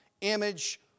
image